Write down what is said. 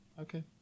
okay